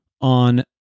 on